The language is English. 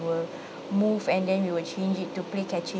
will move and then we will change it to play catching